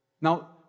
Now